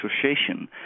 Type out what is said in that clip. association